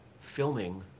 filming